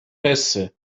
حسه